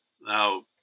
now